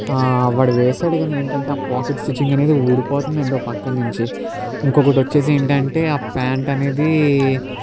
వాడు వేశాడు కానీ ఏంటంటే ఆ పాకెట్ స్టిచ్చింగ్ అనేది ఊడిపోతుందండి ఇంకోపక్కన నుంచి ఇంకొకటొచ్చేసి ఏంటంటే ఆ ప్యాంట్ అనేది